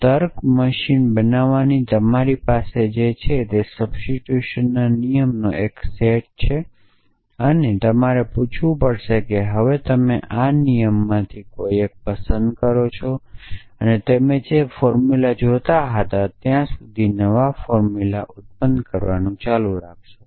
તર્ક મશીન બનાવવાની તમારી પાસે જે છે તે સબસ્ટીટ્યુશનના નિયમોનો એક સેટ છે અને તમારે પૂછવું પડશે કે હવે તમે આ નિયમોમાંથી કોઈ એક પસંદ કરો અને તમે જે ફોર્મુલા જોતા હતા ત્યાં સુધી નવા ફોર્મ્યુલા ઉત્પન્ન કરવાનું ચાલુ રાખશો